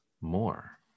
more